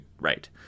right